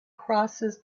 crosses